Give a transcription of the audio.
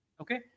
Okay